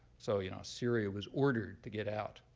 so you know syria was ordered to get out.